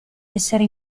essere